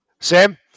sam